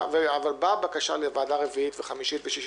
אבל באה בקשה לוועדה רביעית וחמישית ושישית.